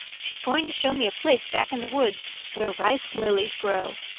she's going to show me a place back in the woods where rice lilies grow.